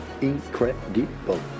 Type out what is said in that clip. incredible